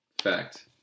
fact